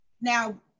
now